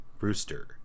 rooster